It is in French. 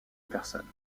personnes